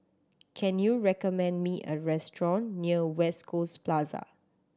can you recommend me a restaurant near West Coast Plaza